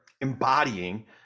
embodying